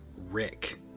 Rick